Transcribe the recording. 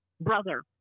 brother